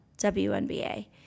WNBA